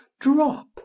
drop